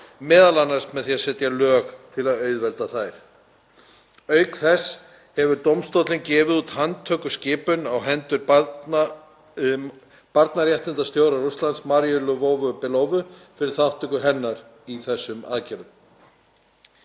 m.a. með því að setja lög til að auðvelda þær. Auk þess hefur dómstóllinn gefið út handtökuskipun á hendur barnaréttindastjóra Rússlands. Maríu Lvovu-Belovu, fyrir þátttöku hennar í þessum aðgerðum.